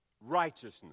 righteousness